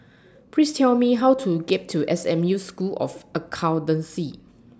Please Tell Me How to get to S M U School of Accountancy